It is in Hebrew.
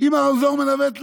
אם הרמזור מנווט,